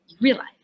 realize